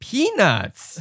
Peanuts